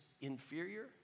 inferior